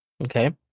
Okay